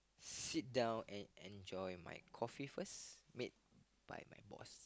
sit down and enjoy my coffee first made by my boss